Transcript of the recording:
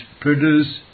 produce